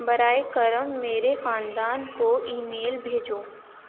براے کرم میرے خاندان کو ای میل بھیجو